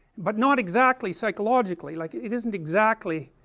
but not exactly psychologically, like, it isn't exactly